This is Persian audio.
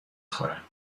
خورم